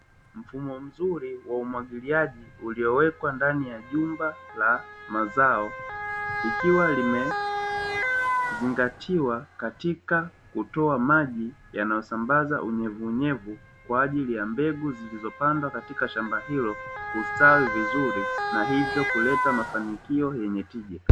Mfumo mzuri wa umwagiliaji uliowekwa ndani ya jumba la mazao, ikiwa limezingatiwa katika kutoa maji yanayosambaza unyevunyevu kwa ajili ya mbegu, zilizopandwa katika shamba hilo kustawi vizuri na hivyo kuleta mafanikio yenye tija.